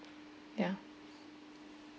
yeah